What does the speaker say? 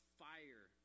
fire